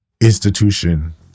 institution